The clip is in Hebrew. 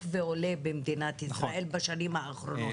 ועולה במדינת ישראל בשנים האחרונות.